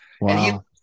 Wow